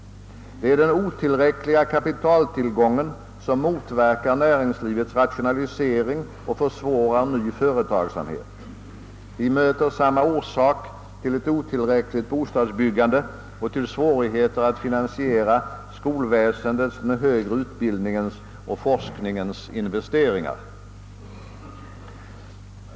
Det är den otillräckliga kapitaltillgången som motverkar näringslivets rationalisering och försvårar ny företagsamhet. Den är även orsak till det otillräckliga bostadsbyggandet och till svårigheterna att finansiera skolväsendets, den högre utbildningens och forskningens investeringar.